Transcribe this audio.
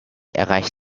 erreicht